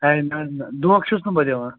اَے نہَ نہَ دھوکہٕ چھُس نہٕ بہٕ دِوان